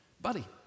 buddy